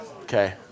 Okay